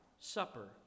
supper